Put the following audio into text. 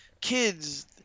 kids